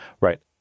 Right